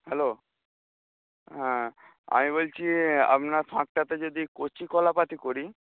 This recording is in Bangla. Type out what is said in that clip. হ্যালো হ্যাঁ আমি বলছি আপনার ফাঁকটাতে যদি কচি কলাপাতা করি